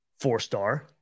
four-star